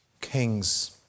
kings